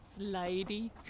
Lady